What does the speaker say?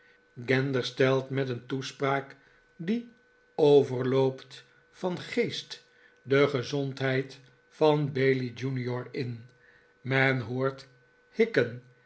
gander stelt met een toespraak die overloopt van geest de gezondheid van bailey junior in men hoort hikken